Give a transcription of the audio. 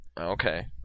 Okay